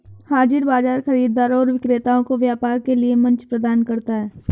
हाज़िर बाजार खरीदारों और विक्रेताओं को व्यापार के लिए मंच प्रदान करता है